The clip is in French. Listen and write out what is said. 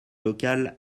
locales